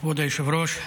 כבוד היושב-ראש,